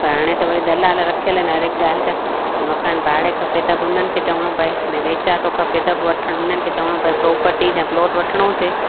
पर हाणे त वरी दलाल रखियल आहिनि हर हिक ॻाल्हि जा मकान भाड़े खपे त बि हुनन खे चवणो पए न बेचा थो खपे त बि वठणु उन्हनि खे चवणो पए प्रोपर्टी या प्लॉट वठिणो हुजे